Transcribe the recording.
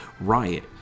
riot